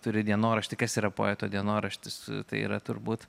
turi dienoraštį kas yra poeto dienoraštis tai yra turbūt